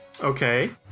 Okay